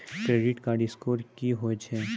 Credit score की होय छै?